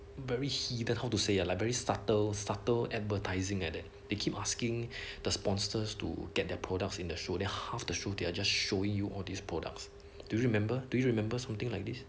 very hidden like how to say ah like very subtle subtle advertising like that they keep asking the sponsors to get their products on the show then half the show they're just show you all these products do remember do you remember something like this